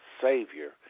Savior